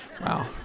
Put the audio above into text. Wow